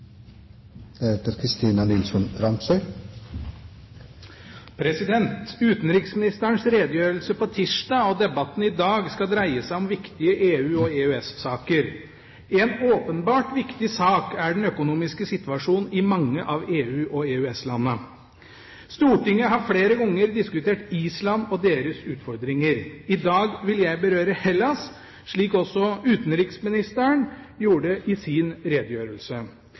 Utenriksministerens redegjørelse på tirsdag og debatten i dag dreier seg om viktige EU- og EØS-saker. En åpenbart viktig sak er den økonomiske situasjonen i mange av EU- og EØS-landene. Stortinget har flere ganger diskutert Island og deres utfordringer. I dag vil jeg berøre Hellas, slik også utenriksministeren gjorde i sin redegjørelse.